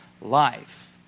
life